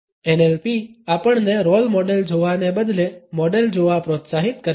NLP આપણને role model જોવાને બદલે મોડેલ જોવા પ્રોત્સાહિત કરે છે